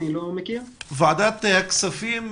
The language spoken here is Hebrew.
ועדת הכספים,